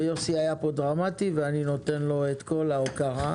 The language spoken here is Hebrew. ויוסי היה פה דרמטי ואני נותן לו את כל ההוקרה.